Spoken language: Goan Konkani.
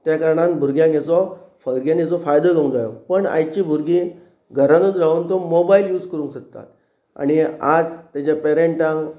त्या कारणान भुरग्यांक हाचो भुरग्यांनीचो फायदो घेवंक जायो पण आयची भुरगीं घरानूच रावन तो मोबायल यूज करूंक सोदतात आनी आज तेज्या पेरनटांक